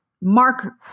Mark